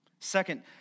Second